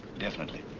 definitely.